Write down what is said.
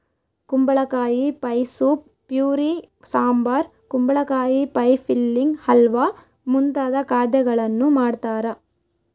ಕುಂಬಳಕಾಯಿ pie soup puree sambar ಕುಂಬಳಕಾಯಿ pie filling halwa ಮುಂತಾದ ಖಾದ್ಯಗಳನ್ನು ಮಾಡ್ತಾರ